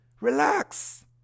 relax